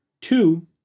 Two